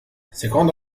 secondo